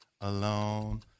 alone